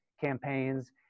campaigns